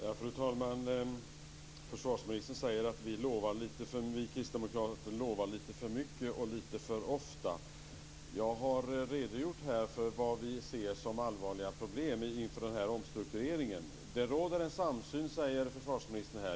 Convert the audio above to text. Fru talman! Försvarsministern säger att vi kristdemokrater lovar lite för mycket och lite för ofta. Jag har här redogjort för vad vi ser som allvarliga problem inför denna omstrukturering. Det råder en samsyn, säger försvarsministern.